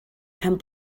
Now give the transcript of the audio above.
pen